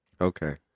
Okay